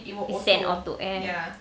it's set auto eh